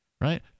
right